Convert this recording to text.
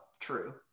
true